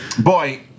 Boy